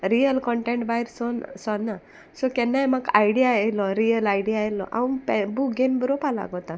real content भायर सोन सोरना सो केन्नाय म्हाका आयडिया येयलो रियल आयडिया येयलो आंव बूक घेन बोरोवपा लागोता